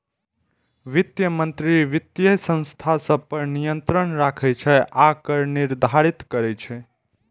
वित्त मंत्री वित्तीय संस्था सभ पर नियंत्रण राखै छै आ कर निर्धारित करैत छै